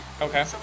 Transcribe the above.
okay